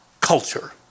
culture